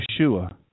Yeshua